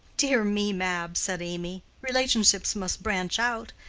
dear me, mab, said amy, relationships must branch out.